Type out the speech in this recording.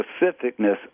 specificness